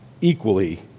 equally